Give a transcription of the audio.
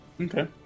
Okay